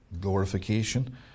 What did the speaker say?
glorification